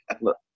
look